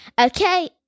okay